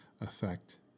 effect